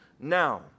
now